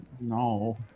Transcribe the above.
No